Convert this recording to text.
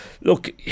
look